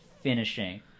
finishing